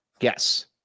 Yes